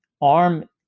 ARM